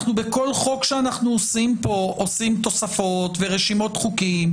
בכל חוק שאנחנו עושים פה אנחנו עושים תוספות ורשימות חוקים,